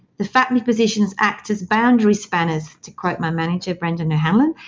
the fapmi positions act as boundary spanners, to quote my manager brendan o'hanlon,